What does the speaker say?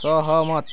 सहमत